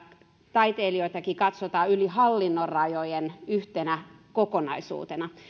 taiteilijoitakin katsotaan yli hallinnon rajojen yhtenä kokonaisuutena